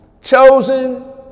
chosen